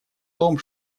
том